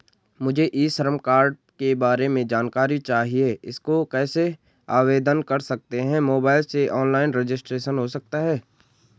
मुझे e Shram card के बारे में जानकारी चाहिए इसको कैसे आवेदन कर सकते हैं मोबाइल से ऑनलाइन रजिस्ट्रेशन हो सकता है?